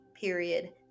period